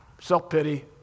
self-pity